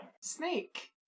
snake